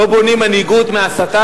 לא בונים מנהיגות מהסתה.